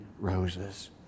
roses